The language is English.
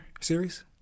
series